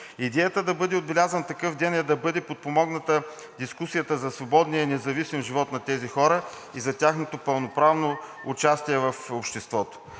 Идеята да бъде отбелязван такъв ден е да бъде подпомогната дискусията за свободния и независим живот на тези хора и за тяхното пълноправно участие в обществото.